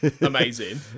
amazing